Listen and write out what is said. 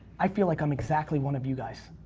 i feel like i'm exactly one of you guys,